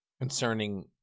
concerning